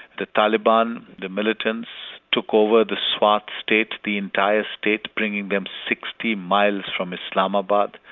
the taliban, the militants took over the swart state, the entire state, bringing them sixty miles from islamabad,